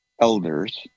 elders